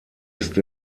ist